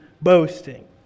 boasting